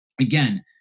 again